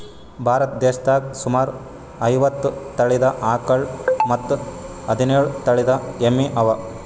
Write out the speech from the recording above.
ಭಾರತ್ ದೇಶದಾಗ್ ಸುಮಾರ್ ಐವತ್ತ್ ತಳೀದ ಆಕಳ್ ಮತ್ತ್ ಹದಿನೇಳು ತಳಿದ್ ಎಮ್ಮಿ ಅವಾ